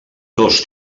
dos